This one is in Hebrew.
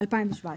ב- 2017,